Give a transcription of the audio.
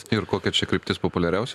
ir kokia čia kryptis populiariausia